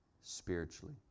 spiritually